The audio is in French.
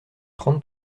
trente